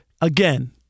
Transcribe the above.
again